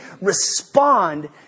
respond